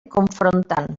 confrontant